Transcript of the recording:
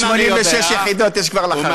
586 יחידות יש כבר לחרדים.